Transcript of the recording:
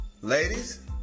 Ladies